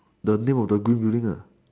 the name of the green building ah